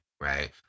right